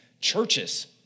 churches